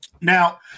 Now